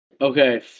Okay